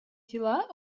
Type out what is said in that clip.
дела